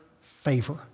favor